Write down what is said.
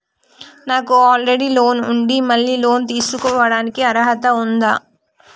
నాకు already loan ఉండి మళ్ళీ లోన్ తీసుకోవడానికి అర్హత ఉందా?